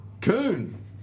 coon